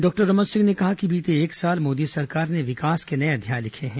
doctor Raman Singh ने कहा कि बीते एक साल मोदी सरकार ने विकास के नये अध्याय लिखे हैं